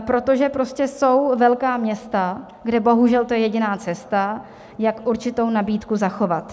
Protože prostě jsou velká města, kde bohužel to je jediná cesta, jak určitou nabídku zachovat.